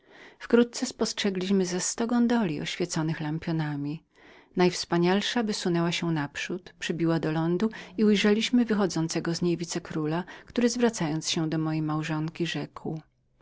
wkrótce spostrzegliśmy ze sto łodzi ozdobionych kagańcami najwspanialsza wysunęła się naprzód przybiła do lądu i ujrzeliśmy wychodzącego z niej wice króla który zwracając się do mojej żony rzekł